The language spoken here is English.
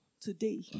today